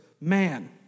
man